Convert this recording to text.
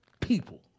people